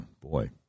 boy